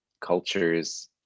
cultures